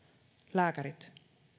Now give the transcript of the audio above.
lääkärit